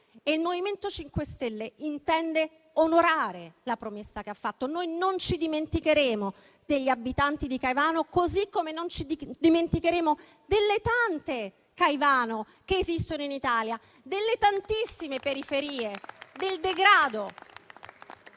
Il MoVimento 5 Stelle intende onorare la promessa che ha fatto: noi non ci dimenticheremo degli abitanti di Caivano, così come non ci dimenticheremo delle tante Caivano che esistono in Italia, delle tantissime periferie, del degrado